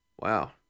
Wow